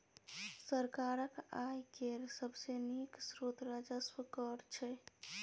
सरकारक आय केर सबसे नीक स्रोत राजस्व कर छै